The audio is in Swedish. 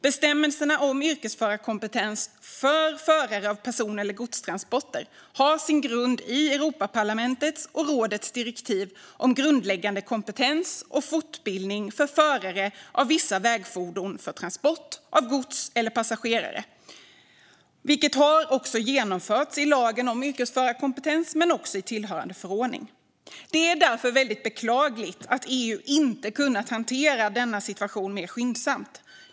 Bestämmelserna om yrkesförarkompetens för förare av person eller godstransporter har sin grund i Europaparlamentets och rådets direktiv om grundläggande kompetens och fortbildning för förare av vissa vägfordon för transport av gods eller passagerare, vilket också har genomförts genom lagen om yrkesförarkompetens men också i tillhörande förordning. Det är därför väldigt beklagligt att EU inte har kunnat hantera denna situation mer skyndsamt.